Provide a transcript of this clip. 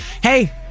Hey